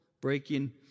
breaking